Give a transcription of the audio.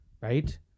Right